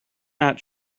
not